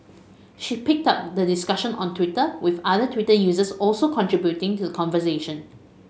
she picked up the discussion on Twitter with other Twitter users also contributing to conversation